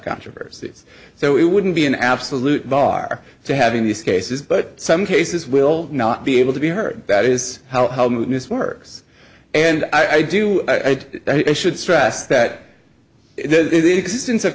controversy so it wouldn't be an absolute bar to having these cases but some cases will not be able to be heard that is how this works and i do i should stress that existence of